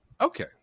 Okay